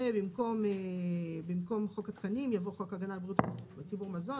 ובמקום חוק התקנים יבוא חוק הגנה על בריאות ציבור מזון.